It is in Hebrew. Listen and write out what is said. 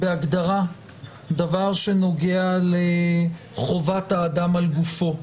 בהגדרה דבר שנוגע לחובת האדם על גופו,